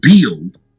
build